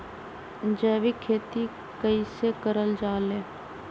जैविक खेती कई से करल जाले?